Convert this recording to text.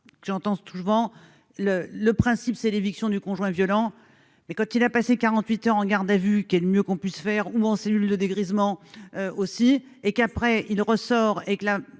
j'entends souvent le le principe c'est l'éviction du conjoint violent et, quand il a passé 48 heures en garde à vue, qui est le mieux qu'on puisse faire ou en cellule de dégrisement aussi et qu'après il ressort et que là